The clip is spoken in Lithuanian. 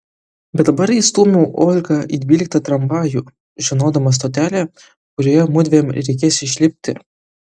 bet dabar įstūmiau olgą į dvyliktą tramvajų žinodama stotelę kurioje mudviem reikės išlipti